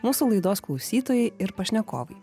mūsų laidos klausytojai ir pašnekovai